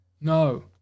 No